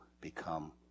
become